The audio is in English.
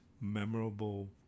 memorable